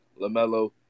LaMelo